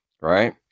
right